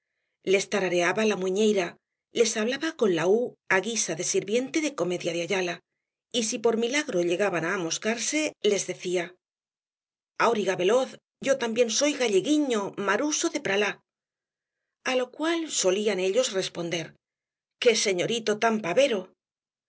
les tarareaba la muiñeira les hablaba con la u á guisa de sirviente de comedia de ayala y si por milagro llegaban á amoscarse les decía auriga veloz yo también soy galleguiño maruso de pralá a lo cual solían ellos responder qué señorito tan pavero